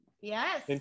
Yes